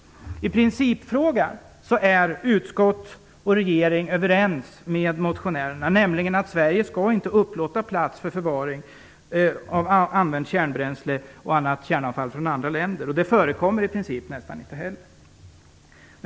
I principfrågan är utskott och regering överens med motionärerna, nämligen om att Sverige inte skall upplåta plats för förvaring av använt kärnbränsle och annat kärnavfall från andra länder. Det förekommer i princip nästan inte heller.